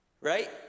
Right